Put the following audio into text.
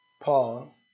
Paul